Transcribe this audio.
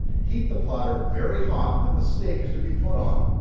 heat the platter very hot that the steak is to be put on,